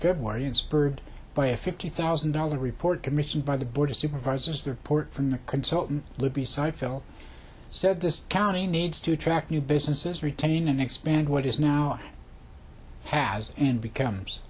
february and spurred by a fifty thousand dollars report commissioned by the board of supervisors the report from the consultant libby site phil said this county needs to attract new businesses retain and expand what is now has and becomes